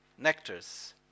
nectars